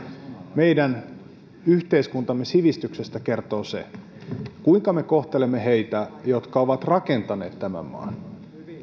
meidän yhteiskuntamme sivistyksestä kertoo se kuinka me kohtelemme heitä jotka ovat rakentaneet tämän maan